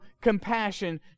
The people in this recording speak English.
compassion